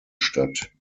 statt